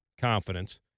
confidence